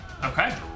Okay